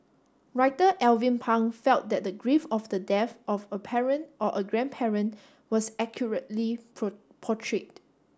writer Alvin Pang felt that the grief of the death of a parent or a grandparent was accurately pro portrayed